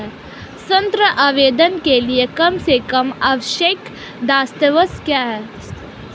ऋण आवेदन के लिए कम से कम आवश्यक दस्तावेज़ क्या हैं?